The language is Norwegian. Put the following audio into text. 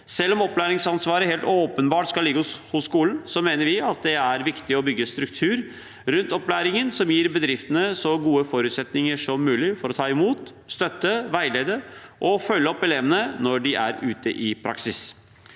Selv om opplæringsansvaret helt åpenbart skal ligge hos skolen, mener vi at det er viktig å bygge en struktur rundt opplæringen som gir bedriftene så gode forutsetninger som mulig, for å ta imot, støtte, veilede og følge opp elevene når de er ute i praksis.